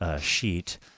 Sheet